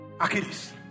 Achilles